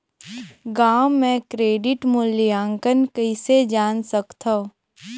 गांव म क्रेडिट मूल्यांकन कइसे जान सकथव?